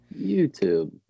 YouTube